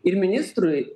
ir ministrui